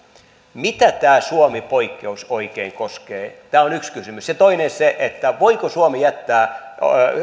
mitä tämä suomi poikkeus oikein koskee tämä on yksi kysymys se toinen on se voiko suomi